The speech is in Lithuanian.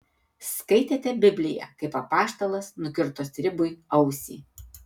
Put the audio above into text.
skaitėte bibliją kaip apaštalas nukirto stribui ausį